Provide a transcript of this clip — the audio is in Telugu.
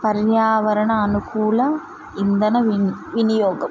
పర్యావరణ అనుకూల ఇంధన విన్ వినియోగం